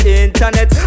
internet